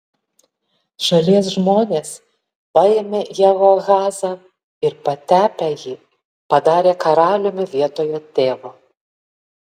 šalies žmonės paėmė jehoahazą ir patepę jį padarė karaliumi vietoj jo tėvo